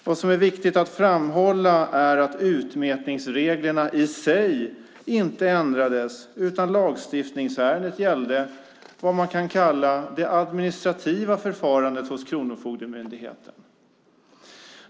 Vad som är viktigt att framhålla är att utmätningsreglerna i sig inte ändrades, utan lagstiftningsärendet gällde vad man kan kalla det administrativa förfarandet hos Kronofogdemyndigheten.